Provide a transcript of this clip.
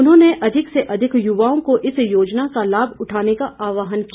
उन्होंने अधिक से अधिक युवाओं से इस योजना का लाभ उठाने का आहवान किया